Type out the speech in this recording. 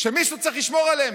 שמישהו צריך לשמור עליהם,